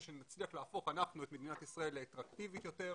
שנצליח להפוך אנחנו את מדינת ישראל לאטרקטיבית יותר.